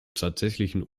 tatsächlichen